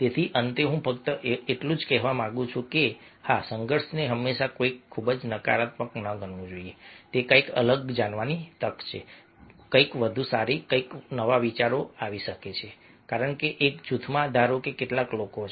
તેથી અંતે હું ફક્ત એટલું જ કહેવા માંગુ છું કે હા સંઘર્ષને હંમેશા કંઈક ખૂબ જ નકારાત્મક ન ગણવું જોઈએ તે કંઈક અલગ જાણવાની તક છે કંઈક વધુ સારું કંઈક નવા વિચારો આવી શકે છે કારણ કે એક જૂથમાં ધારો કે કેટલાક લોકો છે